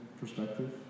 perspective